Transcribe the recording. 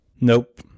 Nope